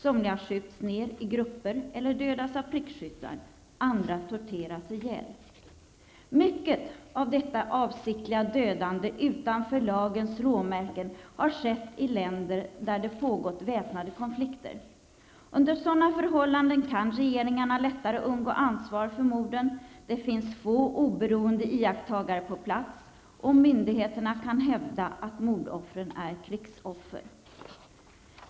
Somliga skjuts ner i grupper eller dödas av prickskyttar. Andra torteras ihjäl. Mycket av detta avsiktliga dödande utanför lagens råmärken har skett i länder där det har pågått väpnade konflikter. Under sådana förhållanden kan regeringarna lättare undgå ansvar för morden -- det finns få oberoende iakttagare på plats och myndigheterna kan hävda att mordoffren är krigsoffer.